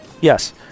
Yes